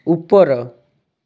ଉପର